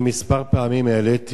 כמה פעמים העליתי